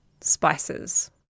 spices